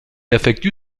effectue